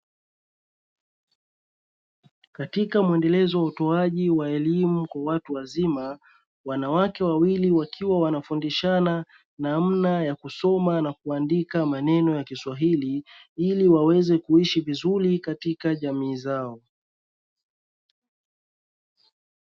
Katika muendelezo wa utoaji wa elimu kwa watu wazima, wanawake wawili wakiwa wanafundishana namna ya kusoma na kuandika maneno ya kiswahili, ili waweze kuishi vizuri katika jamii zao.